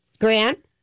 Grant